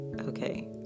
Okay